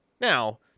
now